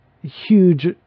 huge